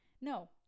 No